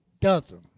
dozen